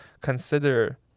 consider